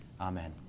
amen